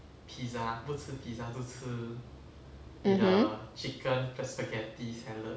mmhmm